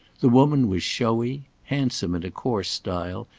the woman was showy, handsome in a coarse style,